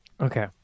Okay